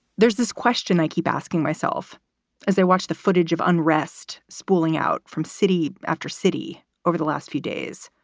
there's this question i keep asking myself as they watch the footage of unrest spooling out from city after city over the last few days,